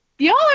Y'all